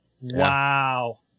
Wow